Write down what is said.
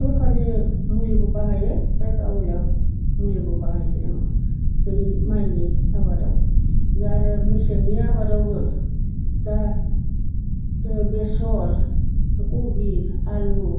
सोरखारनि मुलिबो बाहायो आरो गावलिया मुलिबो बाहायो जों बै माइनि आबादाव ओमफ्राय आरो मेसेंनि आबादावबो दा बेसर कबि आलु